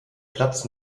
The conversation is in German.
platz